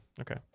okay